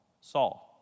Saul